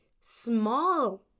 small